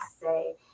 say